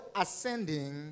ascending